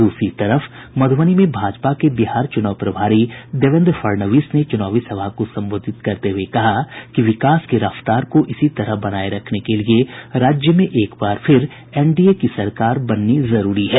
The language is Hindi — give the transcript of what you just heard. द्रसरी तरफ मध्रबनी में भाजपा के बिहार चुनाव प्रभारी देवेन्द्र फड़णवीस ने चुनावी सभा को संबोधित करते हुए कहा कि विकास की रफ्तार को इसी तरह बनाये रखने के लिये राज्य में एक बार फिर एनडीए की सरकार बननी जरूरी है